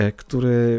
który